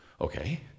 okay